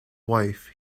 wife